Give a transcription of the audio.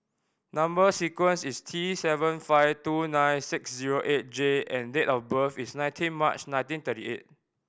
number sequence is T seven five two nine six zero eight J and date of birth is nineteen March nineteen thirty eight